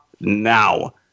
now